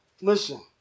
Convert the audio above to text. Listen